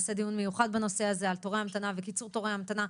נעשה דיון מיוחד בנושא הזה על תורי המתנה וקיצור תורי המתנה.